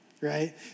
right